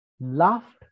laughed